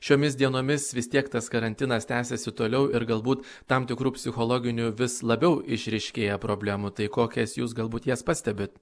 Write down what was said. šiomis dienomis vis tiek tas karantinas tęsiasi toliau ir galbūt tam tikru psichologinių vis labiau išryškėja problemų tai kokias jūs galbūt jas pastebit